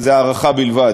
זו הערכה בלבד,